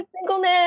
singleness